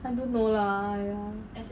I don't know lah !aiya!